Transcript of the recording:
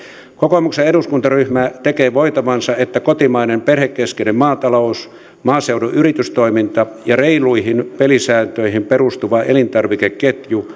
kokoomuksen eduskuntaryhmä tekee voitavansa että kotimainen perhekeskeinen maatalous maaseudun yritystoiminta ja reiluihin pelisääntöihin perustuva elintarvikeketju